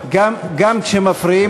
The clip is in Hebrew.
גם כשמפריעים,